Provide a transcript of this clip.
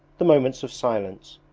the moments of silence,